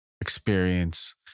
experience